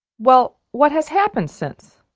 well, what has happened since